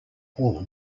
all